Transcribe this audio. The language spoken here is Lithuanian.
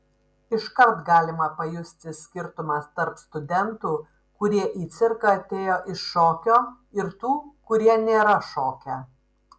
iškart galima pajusti skirtumą tarp studentų kurie į cirką atėjo iš šokio ir tų kurie nėra šokę